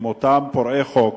עם אותם פורעי חוק,